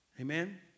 Amen